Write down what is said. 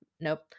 nope